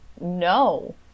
No